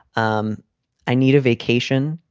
um i need a vacation.